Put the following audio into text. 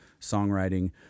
songwriting